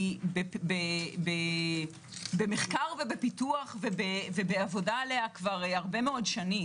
היא במחקר ובפיתוח ובעבודה עליה הרבה מאוד שנים.